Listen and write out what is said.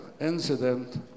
incident